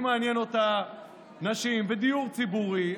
אם מעניין אותה נשים ודיור ציבורי,